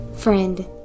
Friend